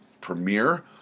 premiere